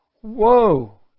Whoa